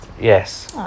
Yes